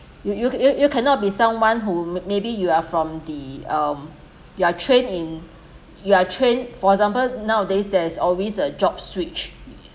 you you you you cannot be someone who maybe you are from the um you are trained in you are trained for example nowadays there is always a job switch